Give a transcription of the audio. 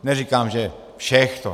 Neříkám že všech.